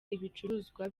ibicuruzwa